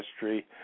history